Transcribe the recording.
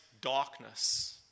darkness